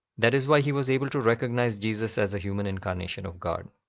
that is why he was able to recognize jesus as a human incarnation of god.